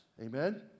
amen